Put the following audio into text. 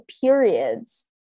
periods